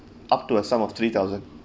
up to a sum of three thousand